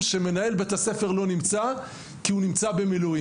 שמנהל בית הספר לא נמצא כי הוא נמצא במילואים.